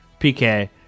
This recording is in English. PK